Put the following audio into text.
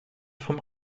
vom